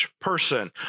person